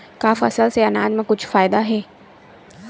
का फसल से आनाज मा कुछु फ़ायदा हे?